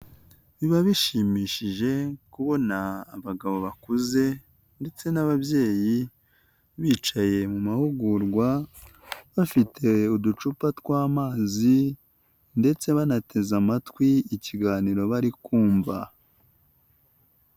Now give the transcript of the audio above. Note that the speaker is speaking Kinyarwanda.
Biba bishimishije kubona abagabo bakuze ndetse n'ababyeyi bicaye mu mahugurwa, bafite uducupa tw'amazi, ndetse banateze amatwi ikiganiro bari kumva.